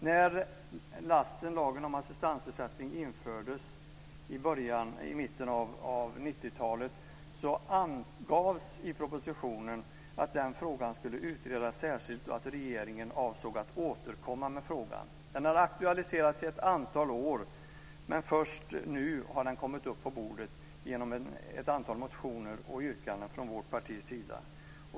När LSS, lagen om assistansersättning, infördes i mitten av 90-talet angavs i propositionen att den frågan skulle utredas särskilt och att regeringen avsåg att återkomma till frågan. Den har aktualiserats under ett antal år, men först nu har den kommit upp på bordet genom ett antal motioner och yrkanden från vårt partis sida.